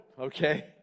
okay